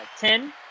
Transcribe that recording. ten